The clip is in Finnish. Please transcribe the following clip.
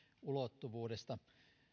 ulottuvuudesta